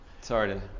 sorry